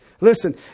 Listen